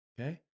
Okay